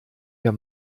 wir